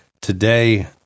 Today